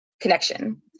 connection